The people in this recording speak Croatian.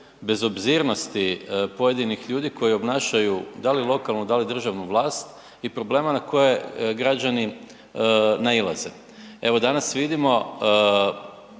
bezobzirnosti pojedinih ljudi koji obnašaju da li lokalnu, da li državnu vlast i problema na koje građani nailaze. Evo danas vidimo,